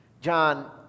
John